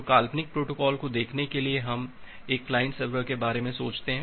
तो इस काल्पनिक प्रोटोकॉल को देखने के लिए हम एक क्लाइंट सर्वर के बारे में सोच रहे हैं